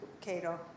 Cato